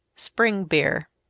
spring beer.